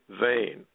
vain